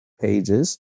pages